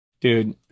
dude